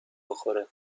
بخوره